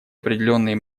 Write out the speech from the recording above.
определенные